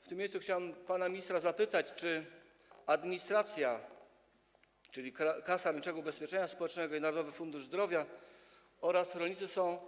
W tym miejscu chciałbym pana ministra zapytać: Czy administracja, czyli Kasa Rolniczego Ubezpieczenia Społecznego i Narodowy Fundusz Zdrowia, oraz rolnicy są